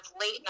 late